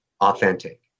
authentic